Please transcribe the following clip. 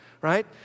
right